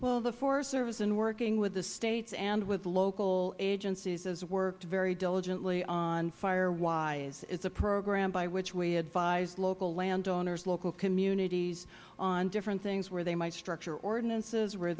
well the forest service in working with the states and with local agencies has worked very diligently on firewise it is a program by which we advise local land owners local communities on different things where they might structure ordinances where